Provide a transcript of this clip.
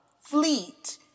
fleet